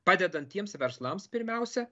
padedant tiems verslams pirmiausia